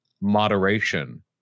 moderation